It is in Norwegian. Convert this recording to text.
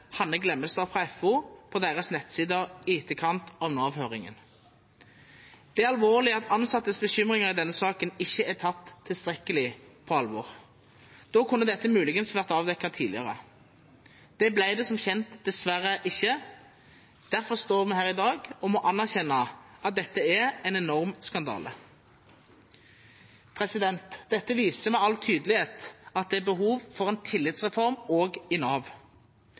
Glemmestad fra FO på deres nettsider i etterkant av Nav-høringen. Det er alvorlig at ansattes bekymringer i denne saken ikke er tatt tilstrekkelig på alvor. Da kunne dette muligens vært avdekket tidligere. Det ble det som kjent dessverre ikke. Derfor står vi her i dag og må erkjenne at dette er en enorm skandale. Dette viser med all tydelighet at det er behov for en tillitsreform også i Nav.